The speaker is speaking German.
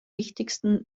wichtigsten